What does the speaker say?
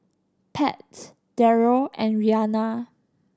Pat Darrel and Rhianna